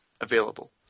available